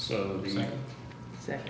so yeah